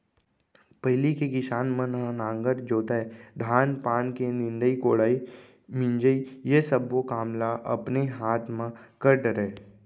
पहिली के किसान मन ह नांगर जोतय, धान पान के निंदई कोड़ई, मिंजई ये सब्बो काम ल अपने हाथ म कर डरय